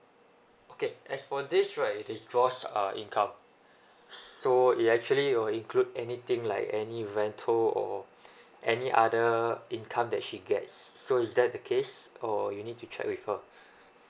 okay as for this right it is gross uh income so it actually will include anything like any rental or any other income that she gets so is that the case or you need to check with her